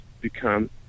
become